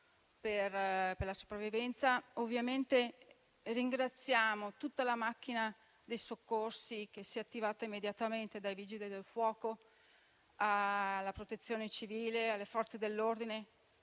per la sopravvivenza. Ringraziamo tutta la macchina dei soccorsi che si è attivata immediatamente, dai Vigili del fuoco alla Protezione civile, alle Forze dell'ordine